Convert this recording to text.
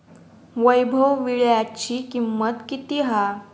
वैभव वीळ्याची किंमत किती हा?